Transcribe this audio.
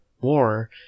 War